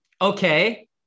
Okay